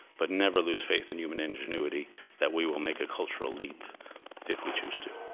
but never lose faith in human ingenuity that we will make a cultural leap if we choose to.